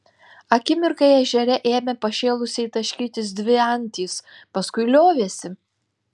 akimirkai ežere ėmė pašėlusiai taškytis dvi antys paskui liovėsi